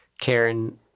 Karen